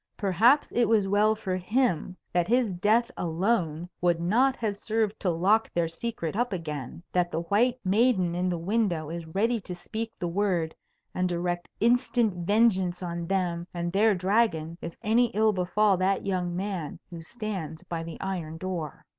perhaps it was well for him that his death alone would not have served to lock their secret up again that the white maiden in the window is ready to speak the word and direct instant vengeance on them and their dragon if any ill befall that young man who stands by the iron door.